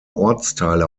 ortsteile